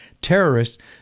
terrorists